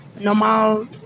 normal